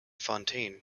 fontaine